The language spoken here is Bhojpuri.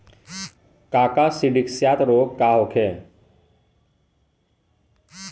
काकसिडियासित रोग का होखे?